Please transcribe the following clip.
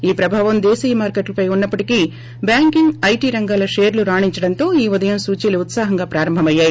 ఈ ప్రభావం దేశీయ మార్కెట్లపై ఉన్నప్పటికీ బ్యాంకింగ్ ఐటీ రంగాల షేర్లు రాణించడంతో ఈ ఉదయం సూచీలు ఉత్పాహంగా ప్రారంభమయ్యాయి